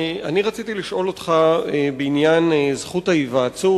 אני רציתי לשאול אותך בעניין זכות ההיוועצות.